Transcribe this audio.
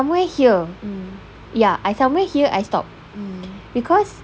somewhere here yeah I somewhere here I stop because